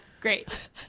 great